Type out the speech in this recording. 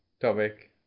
topic